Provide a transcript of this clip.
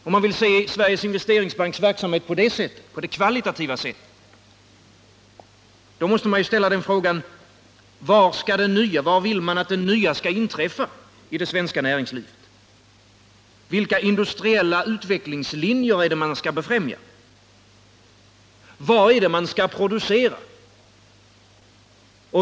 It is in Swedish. Om man vill se investeringsverksamhet på det kvalitativa sättet måste man ställa frågorna: Var vill man att det nya skall inträffa i det svenska näringslivet? Vilka industriella utvecklingslinjer vill man befrämja? Vad är det som skall produceras?